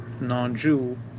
non-Jew